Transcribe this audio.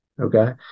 Okay